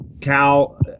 Cal